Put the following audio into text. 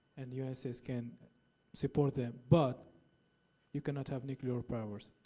and the united states can support them, but you cannot have nuclear powers.